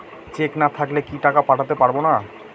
Check না থাকলে কি টাকা পাঠাতে পারবো না?